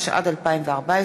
התשע"ד 2014,